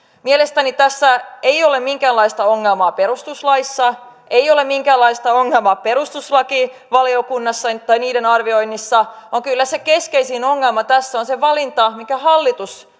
mielestäni tässä ei ole minkäänlaista ongelmaa perustuslaissa ei ole minkäänlaista ongelmaa perustuslakivaliokunnassa tämän arvioinnissa vaan kyllä se keskeisin ongelma tässä on se valinta minkä hallitus